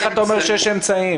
איך אתה אומר שיש אמצעים?